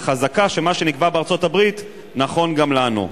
וחזקה שמה שנקבע בארצות-הברית נכון גם לנו.